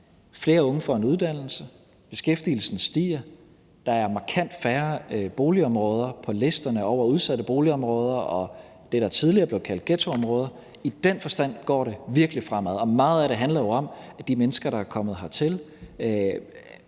flere unge får en uddannelse; beskæftigelsen stiger; der er markant færre boligområder på listen over udsatte boligområder og det, der tidligere blev kaldt ghettoområder. I den forstand går det virkelig fremad, og meget af det handler jo om, at de mennesker, der er kommet hertil,